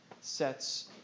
sets